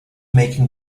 making